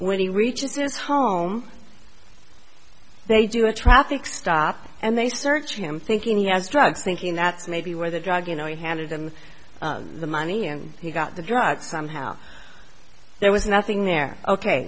when he reaches his home they do a traffic stop and they search for him thinking he has drugs thinking that's maybe where the drug you know he handed him the money and he got the drug somehow there was nothing there ok